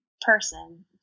person